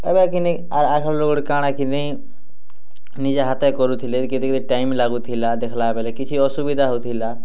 ଏବେ କି ନେଇଁ ଆର ଆଘର୍ ଲୋକ୍ ଗୁଟେ କାଣା କି ନେଇଁ ନିଜ ହାତେ କରୁଥିଲେ କେତେ କେତେ ଟାଇମ୍ ଲାଗୁଥିଲା ଦେଖ୍ଲା ବେଲେ କିଛି ଅସୁବିଧା ହୋଉଥିଲା